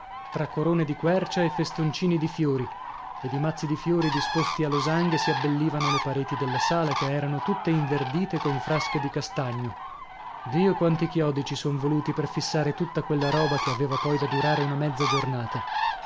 tra corone di quercia e festoncini di fiori e di mazzi di fiori disposti a losanghe si abbellivano le pareti della sala che erano tutte inverdite con frasche di castagno dio quanti chiodi ci son voluti per fissare tutta quella roba che aveva poi da durare una mezza giornata